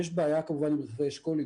יש בעיה כמובן עם רכבי אשכול.